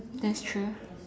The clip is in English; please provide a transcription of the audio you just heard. that's true